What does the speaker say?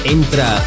Entra